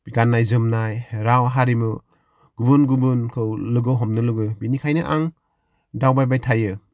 गान्नाय जोमनाय राव हारिमु गुबुन गुबुनखौ लोगो हमनो लुगैयो बेनिखायनो आं दावबायबाय थायो